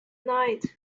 night